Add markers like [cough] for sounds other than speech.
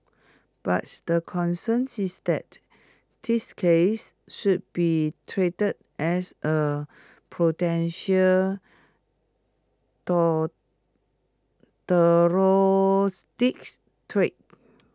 but the concerns is that these cases should be treated as A potential [unintelligible] threat